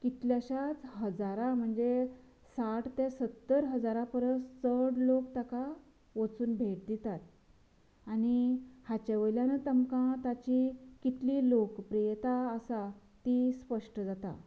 कितल्याश्यांच हजारा म्हणजे साठ ते सत्तर हजारा परस चड लोक ताका वचून भेट दितात आनी हाचे वल्यानूच आमकां ताची कितलीं लोक प्रियता आसा ती स्पश्ट जाता